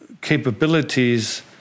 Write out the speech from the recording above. capabilities